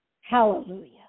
Hallelujah